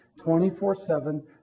24-7